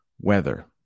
weather